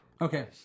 Okay